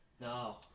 No